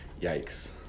Yikes